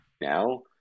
now